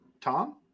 Tom